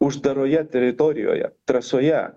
uždaroje teritorijoje trasoje